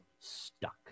stuck